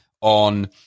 on